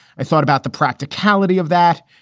i thought about the practicality of that.